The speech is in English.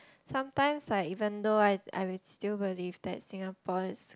sometimes like even though I I will still believe that Singapore is